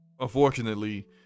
unfortunately